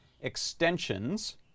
extensions